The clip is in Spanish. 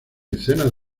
escenas